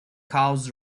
cows